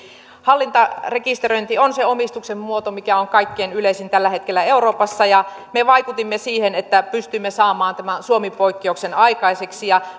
hallintarekisteröinti on se omistuksen muoto mikä on kaikkein yleisin tällä hetkellä euroopassa me vaikutimme siihen että pystymme saamaan tämän suomi poikkeuksen aikaiseksi